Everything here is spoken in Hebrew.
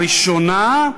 ראשונה,